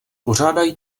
pořádají